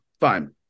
Fine